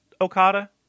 Okada